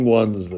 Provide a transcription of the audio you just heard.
ones